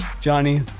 Johnny